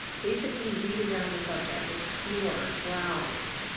basically read around the subject. explore, browse